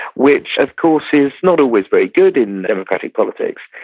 which of course is not always very good in democratic politics.